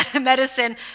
medicine